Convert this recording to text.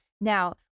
Now